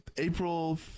April